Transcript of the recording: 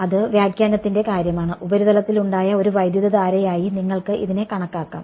അത് വ്യാഖ്യാനത്തിന്റെ കാര്യമാണ് ഉപരിതലത്തിൽ ഉണ്ടായ ഒരു വൈദ്യുതധാരയായി നിങ്ങൾക്ക് ഇതിനെ കണക്കാക്കാം